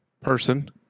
person